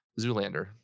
zoolander